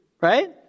Right